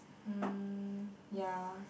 mm ya